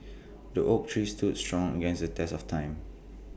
the oak tree stood strong against the test of time